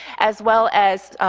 as well as